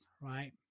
Right